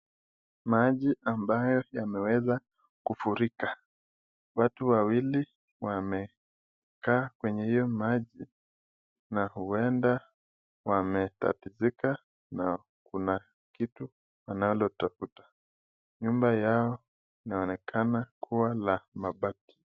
Maji ambayo yameweza kufurika. Watu wawili wamekaa kwenye hiyo maji na huenda wametatizika na kuna kitu wanalo tafuta, nyuma yao inaonekana kuwa la mabati.